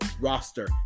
roster